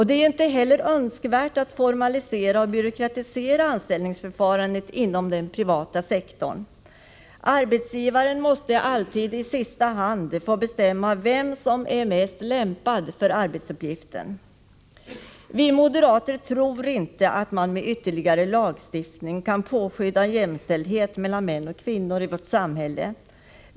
Det är inte heller önskvärt att formalisera och byråkratisera anställningsförfarandet inom den privata sektorn. Arbetsgivaren måste alltid i sista hand få bestämma vem som är mest lämpad för arbetsuppgiften. Vi moderater tror inte att man med ytterligare lagstiftning kan påskynda jämställdheten mellan män och kvinnor i vårt samhälle.